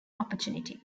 opportunity